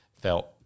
felt